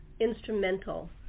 instrumental